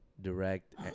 direct